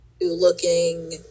looking